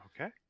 Okay